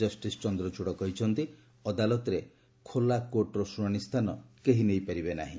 ଜଷିସ୍ ଚନ୍ଦ୍ରଚଡ଼ କହିଛନ୍ତି ଅଦାଲତରେ ଖୋଲା କୋର୍ଟର ଶୁଶାଣି ସ୍ଥାନ କେହି ନେଇପାରିବେ ନାହିଁ